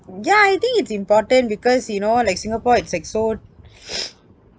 ya I think it's important because you know like singapore it's like so